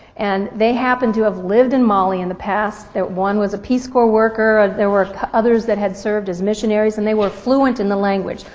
and they happened to have lived in mali in the past. one was a peace corps worker, there were others that had served as missionaries, and they were fluent in the language.